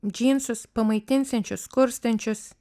džinsus pamaitinsiančius skurstančius